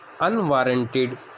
unwarranted